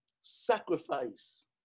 Sacrifice